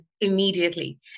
immediately